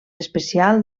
especial